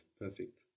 Perfect